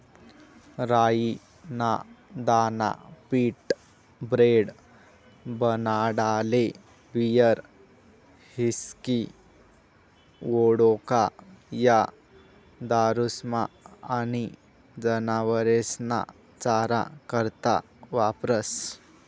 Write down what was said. राई ना दाना पीठ, ब्रेड, बनाडाले बीयर, हिस्की, वोडका, या दारुस्मा आनी जनावरेस्ना चारा करता वापरास